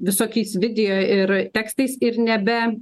visokiais video ir tekstais ir nebe